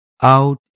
out